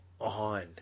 on